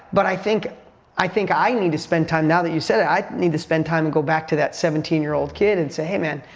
but i think i think i need to spend time, now that you said it, i need to spend time and go back to that seventeen year old kid and say, hey man,